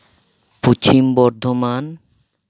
Paschim Bardhaman